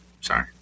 Sorry